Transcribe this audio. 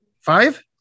Five